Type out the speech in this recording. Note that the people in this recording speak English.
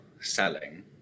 selling